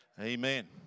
Amen